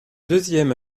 deuxième